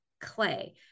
clay